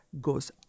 goes